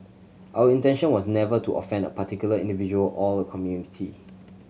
our intention was never to offend a particular individual or a community